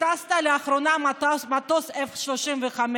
הטסת לאחרונה מטוס F-35?